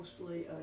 mostly